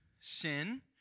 sin